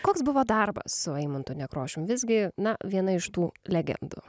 koks buvo darbas su eimuntu nekrošium visgi na viena iš tų legendų